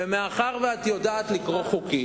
ומאחר שאת יודעת לקרוא חוקים,